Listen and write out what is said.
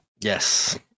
Yes